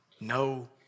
No